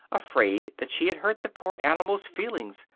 afraid that she had hurt the poor animal's feelings,